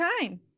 time